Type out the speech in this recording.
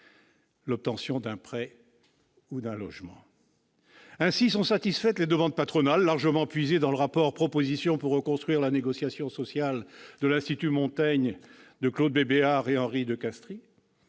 l'obtention d'un prêt ou la location d'un logement. Ainsi sont satisfaites les demandes patronales largement puisées dans le rapport « Propositions pour reconstruire la négociation sociale » de l'Institut Montaigne de Claude Bébéar et Henri de Castries.